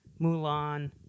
Mulan